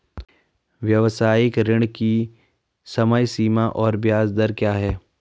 व्यावसायिक ऋण की समय सीमा और ब्याज दर क्या है?